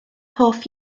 hoff